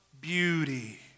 beauty